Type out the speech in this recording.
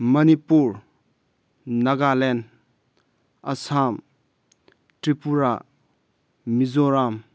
Manipur Nagaland Assam Tripura Mizoram